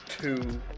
two